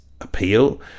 appeal